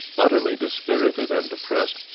utterly dispirited and depressed,